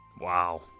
Wow